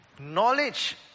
knowledge